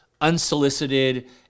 unsolicited